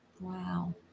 Wow